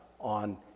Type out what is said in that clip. on